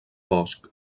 bosch